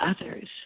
others